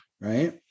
right